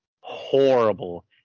horrible